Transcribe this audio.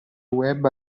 web